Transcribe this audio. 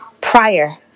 prior